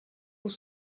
pour